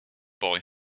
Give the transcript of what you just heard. boy